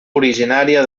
originària